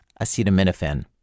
acetaminophen